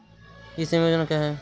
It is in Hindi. ई श्रम योजना क्या है?